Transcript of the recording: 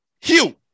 hugh